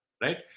Right